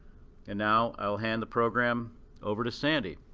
and now, i will hand the program over to sandy.